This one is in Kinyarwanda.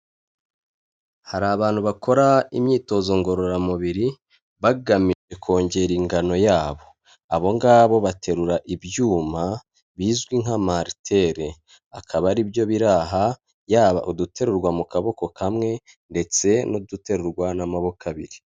Hari abantu bakora imyitozo ngororamubiri bagamije kongera ingano yabo, abo ngabo baterura ibyuma bizwi nk'amariteri, akaba aribyo bira aha, yaba uduterurwa mu kaboko kamwe ndetse n'uduterurwa n'amoboko abiri.